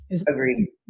Agreed